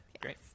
great